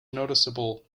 noticeable